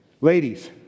Ladies